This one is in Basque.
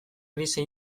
grisa